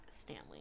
stanley